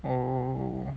oh